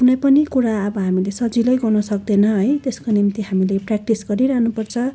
कुनै पनि कुरा अब हामीले सजिलै गर्नसक्दैन है त्यसको निम्ति हामी प्रेक्टिस गरिरहनुपर्छ